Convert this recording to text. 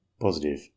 Positive